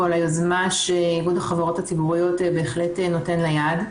על היוזמה שאיגוד החברות הציבוריות בהחלט נותן לה יד.